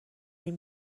این